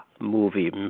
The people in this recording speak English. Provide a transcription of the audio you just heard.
movie